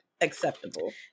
acceptable